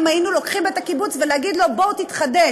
אם היינו לוקחים את הקיבוץ ואומרים לו: בוא תתחדש,